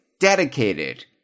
dedicated